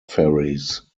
ferries